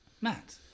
Matt